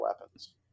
weapons